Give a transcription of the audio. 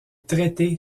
traité